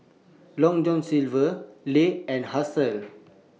Long John Silver Lays and Herschel